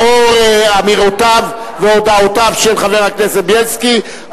לאור אמירותיו והודעותיו של חבר הכנסת בילסקי,